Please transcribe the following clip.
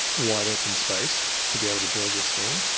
wide open space to be able to build this thing.